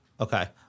Okay